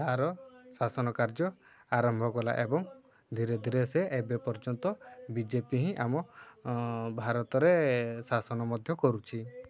ତା'ର ଶାସନ କାର୍ଯ୍ୟ ଆରମ୍ଭ କଲା ଏବଂ ଧୀରେ ଧୀରେ ସେ ଏବେ ପର୍ଯ୍ୟନ୍ତ ବିଜେପି ହିଁ ଆମ ଭାରତରେ ଶାସନ ମଧ୍ୟ କରୁଛି